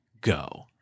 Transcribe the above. go